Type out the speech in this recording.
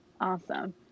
Awesome